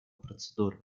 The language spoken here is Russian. процедуры